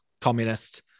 communist